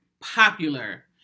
popular